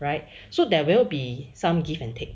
right so there will be some give and take